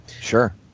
Sure